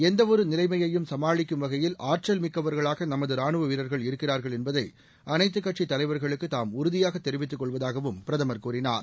எந்தவொரு நிலைமையையும் சுமாளிக்கும் வகையில் ஆற்றல்மிக்கவர்களாக நமது ராணுவ வீரர்கள் இருக்கிறார்கள் என்பதை அனைத்துக் கட்சித் தலைவர்களுக்கு தாம் உறுதியாக தெரிவித்துக் கொள்வதாகவும் பிரதமர் கூறினார்